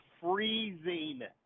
freezing